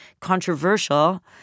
controversial